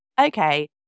okay